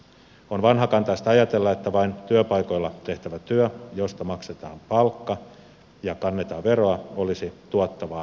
on vanhakantaista ajatella että vain työpaikoilla tehtävä työ josta maksetaan palkka ja kannetaan veroa olisi tuottavaa ja hyödyllistä työtä